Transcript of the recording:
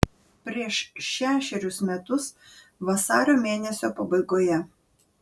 prieš šešerius metus vasario mėnesio pabaigoje